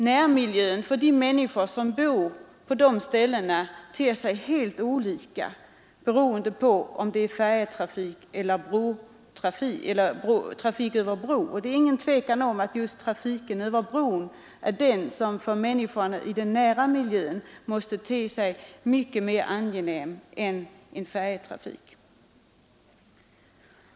Närmiljön för de människor som bor på dessa platser ter sig helt olika beroende på om det är färjetrafik eller trafik över bro. Det är ingen tvekan om att trafiken över bro är den som för människan i den nära miljön måste te sig mycket mer angenäm än färjetrafik.